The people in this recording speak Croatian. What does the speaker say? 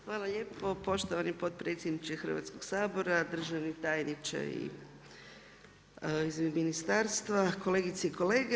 Hvala lijepo poštovani potpredsjedniče Hrvatskog sabora, državni tajniče iz ministarstva, kolegice i kolege.